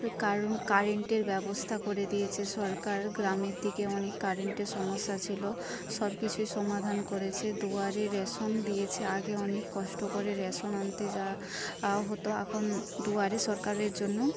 কারণ কারেন্টের ব্যবস্থা করতে দিয়েছে সরকার গ্রামের দিকে অনেক কারেন্টের সমস্যা ছিল সব কিছুই সমাধান করেছে দুয়ারে রেশন দিয়েছে আগে অনেক কষ্ট করে রেশন আনতে যাওয়া হত এখন দুয়ারে সরকারের জন্য